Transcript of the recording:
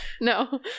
No